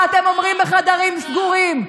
מה אתם אומרים בחדרים סגורים.